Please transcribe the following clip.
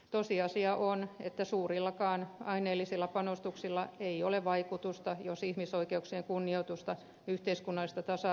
tosiasia on että suurillakaan aineellisilla panostuksilla ei ole vaikutusta jos ihmisoikeuksien kunnioitusta ja yhteiskunnallista tasa arvoa ei ole